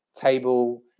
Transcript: table